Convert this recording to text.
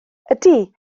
ydy